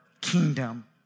kingdom